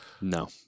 No